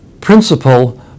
principle